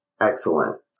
Excellent